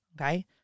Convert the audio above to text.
Okay